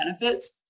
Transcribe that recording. benefits